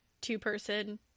two-person